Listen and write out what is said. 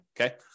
Okay